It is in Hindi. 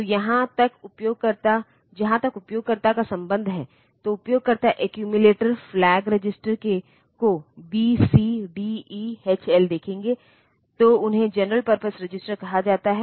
तो जहां तक उपयोगकर्ताओं का संबंध है तो उपयोगकर्ता एक्यूमुलेटर फ्लैग रजिस्टरों को B C D E H L देखेंगे तो उन्हें जनरल पर्पस रजिस्टर कहा जाता है